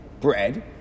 bread